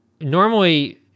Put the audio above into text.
normally